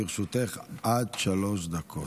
לרשותך עד שלוש דקות.